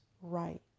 right